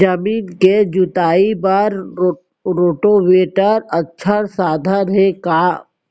जमीन के जुताई बर रोटोवेटर अच्छा साधन हे का?